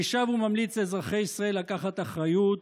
אני שב וממליץ לאזרחי ישראל לקחת אחריות